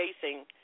facing